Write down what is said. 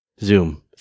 Zoom